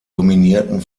dominierten